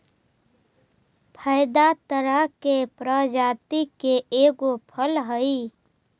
फेदा ताड़ के प्रजाति के एगो फल हई